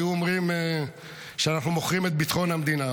היו אומרים שאנחנו מוכרים את ביטחון המדינה.